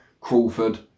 Crawford